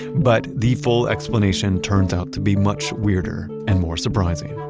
but the full explanation turned out to be much weirder and more surprising.